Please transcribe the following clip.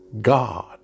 God